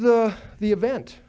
the the event